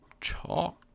chalk